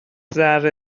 ذره